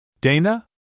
Dana